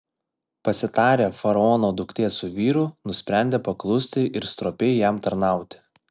pasitarę faraono duktė su vyru nusprendė paklusti ir stropiai jam tarnauti